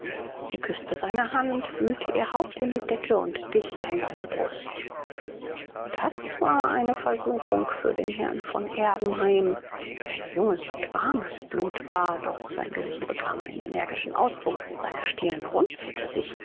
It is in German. sie küßte seine hand wühlte ihr haupt in die decke und dicht an seine brust das war eine versuchung für den herrn von erbenheim der ein junges und warmes blut war doch sein gesicht bekam einen energischen ausdruck seine stirn runzelte sich